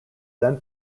then